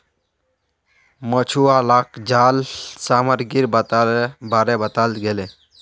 मछुवालाक जाल सामग्रीर बारे बताल गेले